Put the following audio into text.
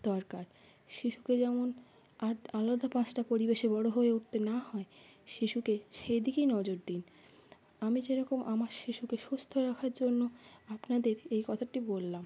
দরকার শিশুকে যেমন আ আলাদা পাঁচটা পরিবেশে বড়ো হয়ে উঠতে না হয় শিশুকে সেই দিকেই নজর দিন আমি যেরকম আমার শিশুকে সুস্থ রাখার জন্য আপনাদের এই কথাটি বললাম